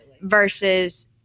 versus